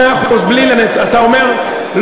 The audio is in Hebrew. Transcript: מאה אחוז, בלי לנצח, אתה אומר,